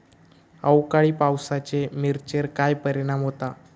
अवकाळी पावसाचे मिरचेर काय परिणाम होता?